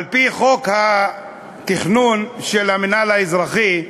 על-פי חוק התכנון של המינהל האזרחי,